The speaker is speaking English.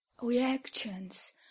reactions